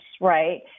right